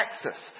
Texas